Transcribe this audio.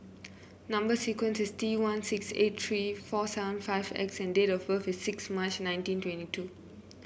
number sequence is T one six eight three four seven five X and date of birth is six March nineteen twenty two